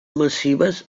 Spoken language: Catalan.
massives